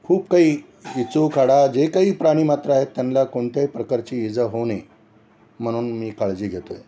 खूप काही इचुकाटा जे काही प्राणी मात्र आहेत त्यांला कोणत्याही प्रकारची इजा होऊ नाही म्हणून मी काळजी घेतो आहे